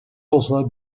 also